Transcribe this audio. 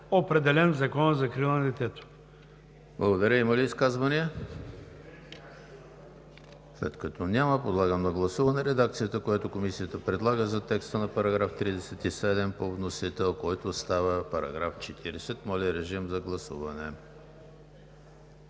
определен в Закона за закрила на детето.“